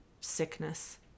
sickness